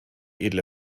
edle